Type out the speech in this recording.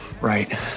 right